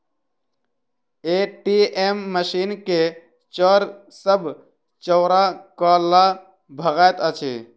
ATM machine के चोर सब चोरा क ल भगैत अछि